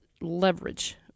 leverage